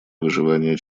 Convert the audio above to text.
выживания